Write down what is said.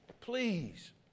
Please